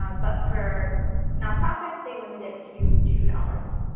ah but for nonprofits they limit it to two dollars.